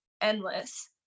endless